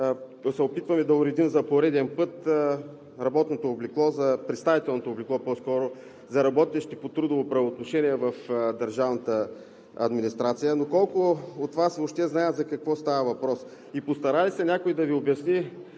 се опитваме да уредим за пореден път представителното облекло за работещите по трудово правоотношение в държавната администрация. Но колко от Вас въобще знаят за какво става въпрос? И постара ли се някой да Ви обясни